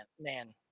man